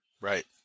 Right